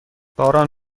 باران